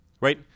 right